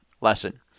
lesson